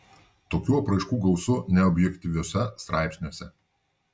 tokių apraiškų gausu neobjektyviuose straipsniuose